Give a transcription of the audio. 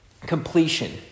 completion